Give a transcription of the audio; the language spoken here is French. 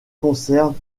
conservent